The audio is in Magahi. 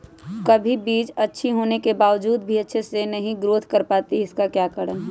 कभी बीज अच्छी होने के बावजूद भी अच्छे से नहीं ग्रोथ कर पाती इसका क्या कारण है?